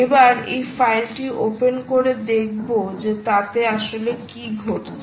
এবার এই ফাইলটি ওপেন করে দেখব যে তাতে আসলে কি ঘটছে